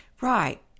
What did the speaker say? Right